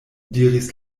diris